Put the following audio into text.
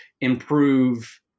improve